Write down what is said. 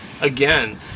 again